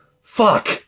fuck